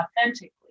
authentically